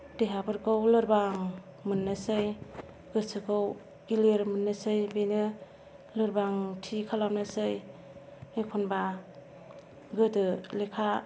देहाफोरखौ लोरबां मोन्नोसै गोसोखौ गिलिर मोन्नोसै बेनो लोरबांथि खालामनोसै एखनबा गोदो लेखा